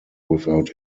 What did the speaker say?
without